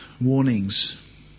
warnings